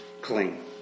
clean